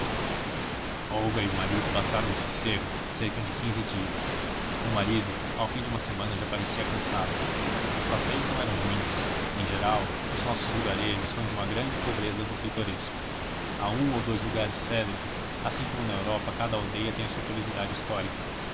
preocupação olga e o marido passaram no sossego cerca de quinze dias o marido ao fim de uma semana já parecia cansado os passeios não eram muitos em geral os nossos lugarejos célebres assim como na europa cada aldeia tem a sua curiosidade histórica